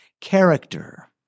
character